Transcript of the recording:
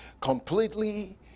completely